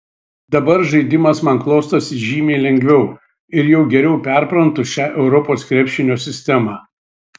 dabar žaidimas man klostosi žymiai lengviau ir jau geriau perprantu šią europos krepšinio sistemą